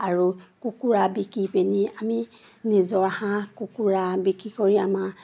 আৰু কুকুৰা বিকি পিনি আমি নিজৰ হাঁহ কুকুৰা বিক্ৰী কৰি আমাৰ